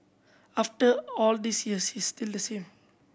after all these years he's still the same